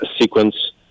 sequence